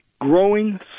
Growing